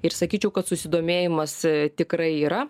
ir sakyčiau kad susidomėjimas tikrai yra